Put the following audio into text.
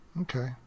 Okay